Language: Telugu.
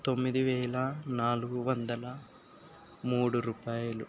తొమ్మిది వేల నాలుగు వందల మూడు రూపాయలు